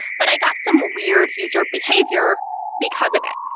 but i got some weird user behavior because of it.